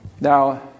Now